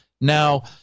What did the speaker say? Now